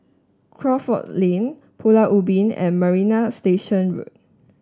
Crawford Lane Pulau Ubin and Marina Station Road